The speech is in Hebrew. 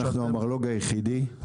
אנחנו המרלו"ג היחידי,